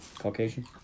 Caucasian